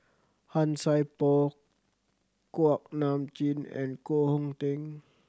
Han Sai Por Kuak Nam Jin and Koh Hong Teng